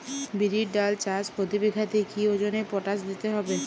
বিরির ডাল চাষ প্রতি বিঘাতে কি ওজনে পটাশ দিতে হবে?